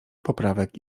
poprawek